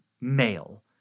male